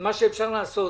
מה אפשר לעשות,